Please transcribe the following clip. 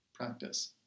practice